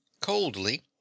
coldly